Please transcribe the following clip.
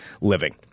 living